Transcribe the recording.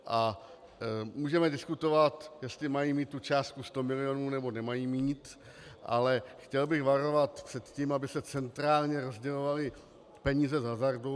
A můžeme diskutovat, jestli mají mít tu částku sto milionů, nebo nemají ji mít, ale chtěl bych varovat před tím, aby se centrálně rozdělovaly peníze z hazardu.